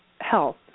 health